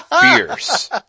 fierce